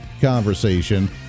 conversation